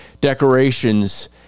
decorations